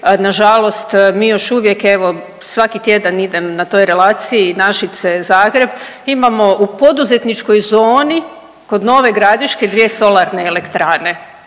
Nažalost mi još uvijek evo, svaki tjedan idem na toj relaciji Našice – Zagreb imamo u poduzetničkoj zoni kod Nove Gradiške dvije solarne elektrane.